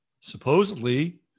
Supposedly